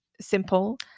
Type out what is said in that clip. simple